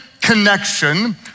connection